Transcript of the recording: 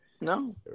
no